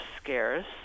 scarce